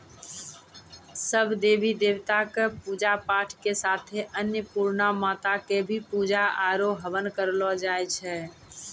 सब देवी देवता कॅ पुजा पाठ के साथे अन्नपुर्णा माता कॅ भी पुजा आरो हवन करलो जाय छै